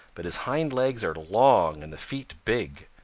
but his hind legs are long and the feet big.